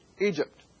Egypt